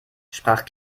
sprach